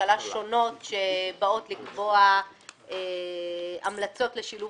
ממשלה שונות שבאות לקבוע המלצות לשילוב